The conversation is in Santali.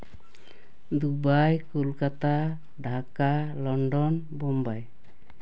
Dubai Kolkata Dhaka London Bombay